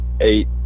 eight